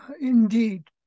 Indeed